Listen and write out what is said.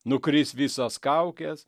nukris visos kaukės